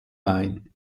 main